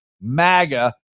MAGA